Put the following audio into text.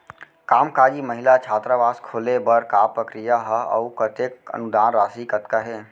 कामकाजी महिला छात्रावास खोले बर का प्रक्रिया ह अऊ कतेक अनुदान राशि कतका हे?